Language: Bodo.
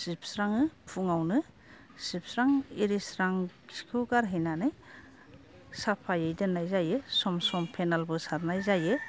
सिबस्राङो फुङावनो सिबस्रां एरिस्रां खिखौ गारहैनानै साफायै दोन्नाय जायो सम सम फेनेलबो सारनाय जायो